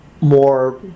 more